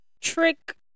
trick